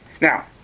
Now